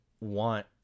want